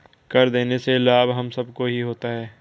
कर देने से लाभ हम सबको ही होता है